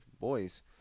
boys